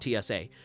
TSA